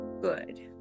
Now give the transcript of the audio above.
good